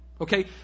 Okay